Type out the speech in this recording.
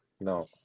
No